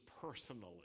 personally